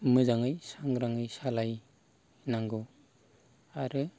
मोजाङै सांग्राङै सालायनांगौ आरो